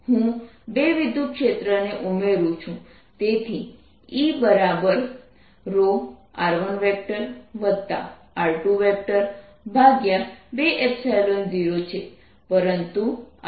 હું બે વિદ્યુતક્ષેત્રને ઉમેરું છું તેથી Eρr1r220 છે પરંતુ r1r2 શું છે